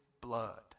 blood